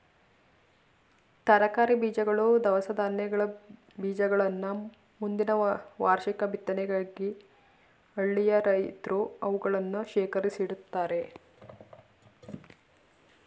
ತರಕಾರಿ ಬೀಜಗಳು, ದವಸ ಧಾನ್ಯದ ಬೀಜಗಳನ್ನ ಮುಂದಿನ ವಾರ್ಷಿಕ ಬಿತ್ತನೆಗಾಗಿ ಹಳ್ಳಿಯ ರೈತ್ರು ಅವುಗಳನ್ನು ಶೇಖರಿಸಿಡ್ತರೆ